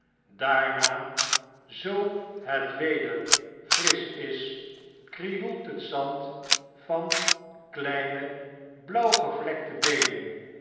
daarna zoo het weder frisch is krioelt net zand van kleine blauwgevlekte beenen